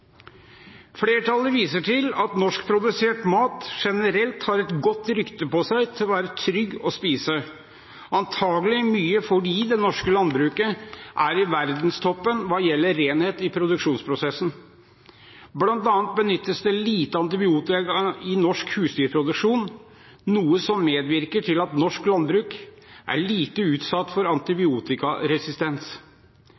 Flertallet viser til at norskprodusert mat generelt har rykte på seg for å være trygg å spise, antakelig mye fordi det norske landbruket er i verdenstoppen hva gjelder renhet i produksjonsprosessen. Blant annet benyttes det lite antibiotika i norsk husdyrproduksjon, noe som medvirker til at norsk landbruk er lite utsatt for